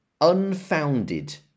unfounded